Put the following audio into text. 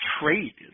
trade